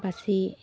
বাচি